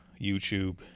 YouTube